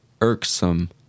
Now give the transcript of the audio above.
Irksome